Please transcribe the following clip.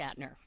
Shatner